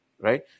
right